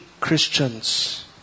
Christians